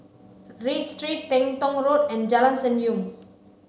Read Street Teng Tong Road and Jalan Senyum